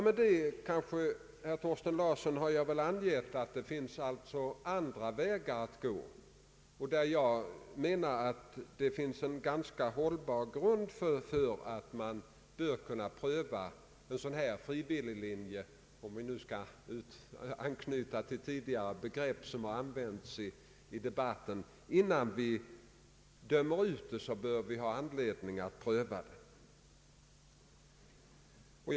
Med det, herr Thorsten Larsson, har jag velat ange att det finns andra vägar att gå, som ger en ganska hållbar grund för en prövning av en frivilliglinje, för att nu anknyta till tidigare använda begrepp.